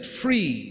free